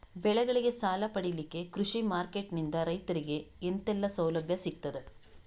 ಬೆಳೆಗಳಿಗೆ ಸಾಲ ಪಡಿಲಿಕ್ಕೆ ಕೃಷಿ ಮಾರ್ಕೆಟ್ ನಿಂದ ರೈತರಿಗೆ ಎಂತೆಲ್ಲ ಸೌಲಭ್ಯ ಸಿಗ್ತದ?